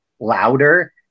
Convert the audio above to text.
louder